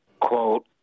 quote